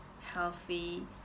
healthy